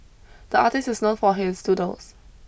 the artist is known for his doodles